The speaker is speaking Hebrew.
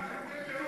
לדיון